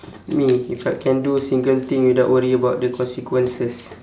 me if I can do a single thing without worry about the consequences